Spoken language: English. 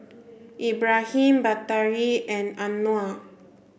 Ibrahim Batari and Anuar